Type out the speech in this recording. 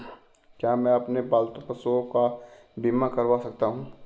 क्या मैं अपने पालतू पशुओं का बीमा करवा सकता हूं?